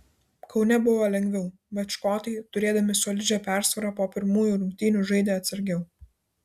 kaune buvo lengviau bet škotai turėdami solidžią persvarą po pirmųjų rungtynių žaidė atsargiau